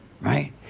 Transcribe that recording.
right